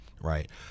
Right